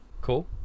Cool